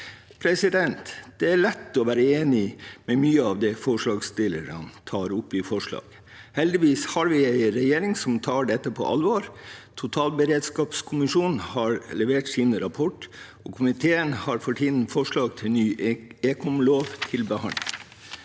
Det er lett å være enig i mye av det forslagsstillerne tar opp i forslaget. Heldigvis har vi en regjering som tar dette på alvor. Totalberedskapskommisjonen har levert sin rapport. Komiteen har for tiden forslag til ny ekomlov til behandling.